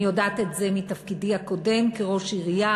אני יודעת את זה מתפקידי הקודם כראש עירייה,